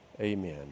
amen